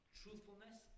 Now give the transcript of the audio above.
truthfulness